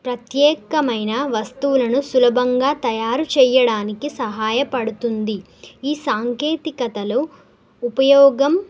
ప్రత్యేకమైన వస్తువులను సులభంగా తయారు చేయడానికి సహాయపడుతుంది ఈ సాంకేతికతలో ఉపయోగం